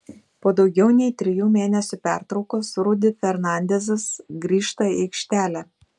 po daugiau nei trijų mėnesių pertraukos rudy fernandezas grįžta į aikštelę